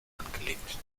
angelegt